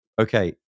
Okay